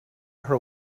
her